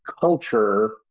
culture